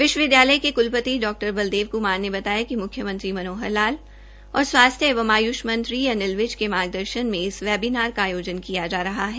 विश्वविद्यालय के कुलपति डॉक्टर बलदेव क्मार ने बताया कि म्र्ख्यमंत्री श्री मनोहर लाल और स्वास्थ्य एवं आय्ष मंत्री श्री अनिल विज के मार्गदर्शन में इस वेबिनार का आयोजन किया जा रहा है